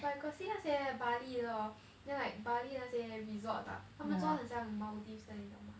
but I got see 那些 bali 的 hor then like bali 的那些 resort ah 他们做很像 maldives 的你知道吗